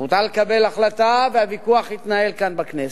זכותה לקבל החלטה, והוויכוח יתנהל כאן בכנסת.